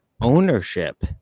ownership